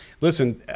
listen